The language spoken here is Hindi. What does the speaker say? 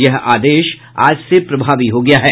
यह आदेश आज से प्रभावी हो गया है